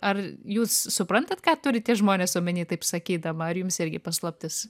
ar jūs suprantat ką turi tie žmonės omeny taip sakydama ar jums irgi paslaptis